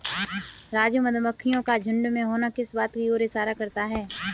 राजू मधुमक्खियों का झुंड में होना किस बात की ओर इशारा करता है?